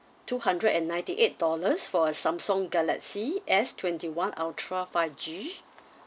two hundred and ninety-eight dollars for a Samsung galaxy S twenty-one ultra five G